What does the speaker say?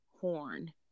Horn